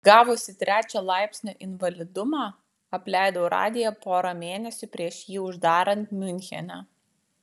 gavusi trečio laipsnio invalidumą apleidau radiją porą mėnesių prieš jį uždarant miunchene